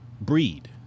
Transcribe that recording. breed